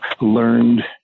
learned